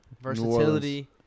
Versatility